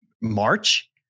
March